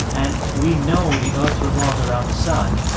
and we know the earth revolves around the sun.